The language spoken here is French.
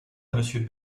monsieur